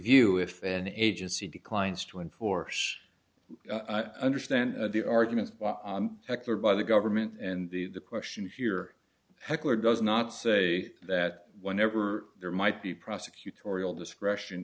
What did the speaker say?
review if an agency declines to enforce understand the arguments for by the government and the question here heckler does not say that whenever there might be prosecutorial discretion